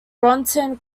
groton